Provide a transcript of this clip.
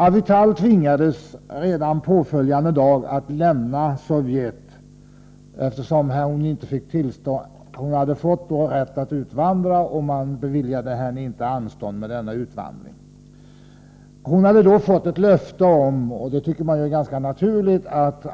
Avital tvingades redan påföljande dag att lämna Sovjet, eftersom hon hade fått tillstånd att utvandra men inte beviljats anstånd med denna utvandring. Hon hade då fått ett löfte om — och det tycker man är ganska naturligt — att